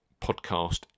podcast